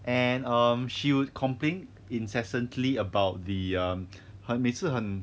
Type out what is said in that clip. and um she'd complain incessantly about the um 很每次很